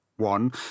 One